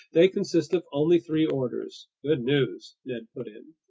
they consist of only three orders. good news, ned put in.